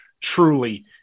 truly